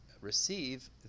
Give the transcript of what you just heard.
receive